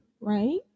right